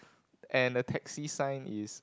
and the taxi sign is